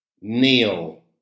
Neil